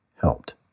helped